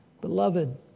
Beloved